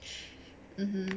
hmm